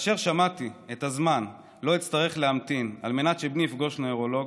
וכאשר שמעתי כמה זמן אצטרך להמתין על מנת שבני יפגוש נוירולוג,